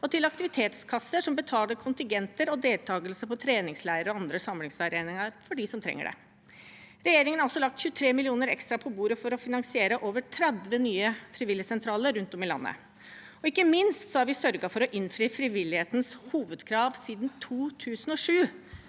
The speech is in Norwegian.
og til aktivitetskasser som betaler kontingenter og deltakelse på treningsleirer og andre samarbeidsarenaer for dem som trenger det. Regjeringen har også lagt 23 mill. kr ekstra på bordet for å finansiere over 30 nye frivilligsentraler rundt om i landet. Og ikke minst har vi sørget for å innfri frivillighetens hovedkrav siden 2007: